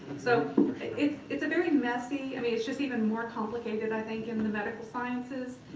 so it's it's a very messy i mean it's just even more complicated, i think, in the medical sciences.